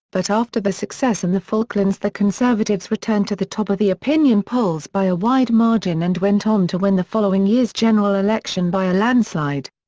but after the success in the falklands the conservatives returned to the top of the opinion polls by a wide margin and went on to win the following year's general election by a landslide.